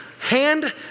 hand